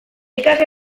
ikasle